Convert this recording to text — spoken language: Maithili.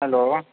हैलो